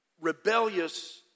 rebellious